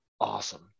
Awesome